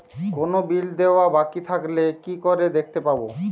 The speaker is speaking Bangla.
কোনো বিল দেওয়া বাকী থাকলে কি করে দেখতে পাবো?